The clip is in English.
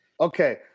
Okay